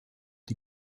die